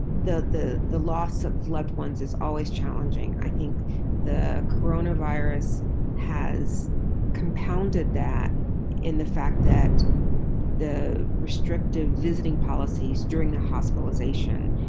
the the loss of loved ones is always challenging. i think the coronavirus has compounded that in the fact that the restrictive visiting policies during the hospitalization